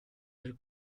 del